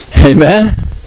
Amen